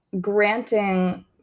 granting